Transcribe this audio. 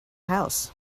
house